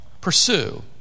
pursue